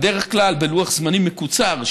בדרך כלל בלוח זמנים מקוצר,